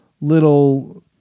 little